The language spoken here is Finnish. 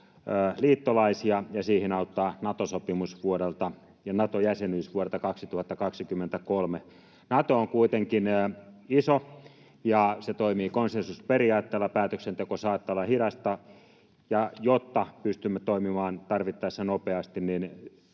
liittolaisia, ja siihen auttaa Nato-jäsenyys vuodelta 2023. Nato on kuitenkin iso, ja se toimii konsensusperiaatteella, päätöksenteko saattaa olla hidasta, ja jotta pystymme toimimaan tarvittaessa nopeasti,